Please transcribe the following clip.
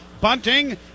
bunting